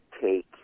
take